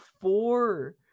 four